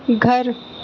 घर